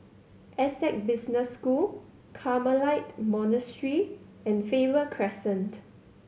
Essec Business School Carmelite Monastery and Faber Crescent